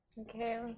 Okay